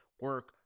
Work